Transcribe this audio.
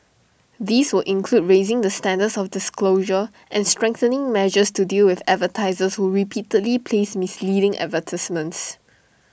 this would include raising the standards of disclosure and strengthening measures to deal with advertisers who repeatedly place misleading advertisements